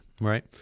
right